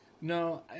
No